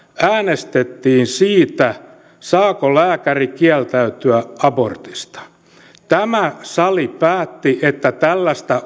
äänestettiin siitä saako lääkäri kieltäytyä abortista ja tämä sali päätti että tällaista